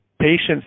patients